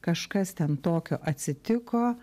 kažkas ten tokio atsitiko